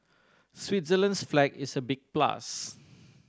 switzerland's flag is a big plus